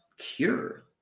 Cure